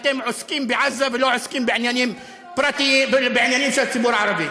אתם עוסקים בעזה ולא עוסקים בעניינים של הציבור הערבי.